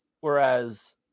Whereas